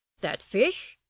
that fish?